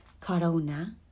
corona